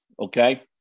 Okay